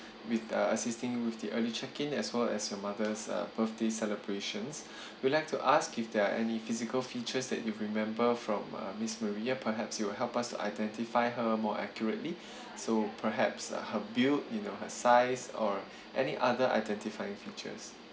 with uh assisting with the early checking as well as your mother's uh birthday celebrations we would like to ask if there are any physical features that you remember from err miss maria perhaps you will help us to identify her more accurately so perhaps uh her built you know her size or any other identifying features